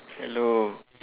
hello